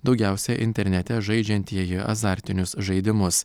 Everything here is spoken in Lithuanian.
daugiausia internete žaidžiantieji azartinius žaidimus